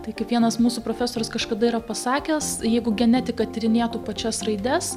tai kaip vienas mūsų profesorius kažkada yra pasakęs jeigu genetika tyrinėtų pačias raides